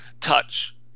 touch